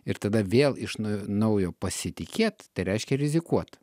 ir tada vėl iš n naujo naujo pasitikėt tai reiškia rizikuot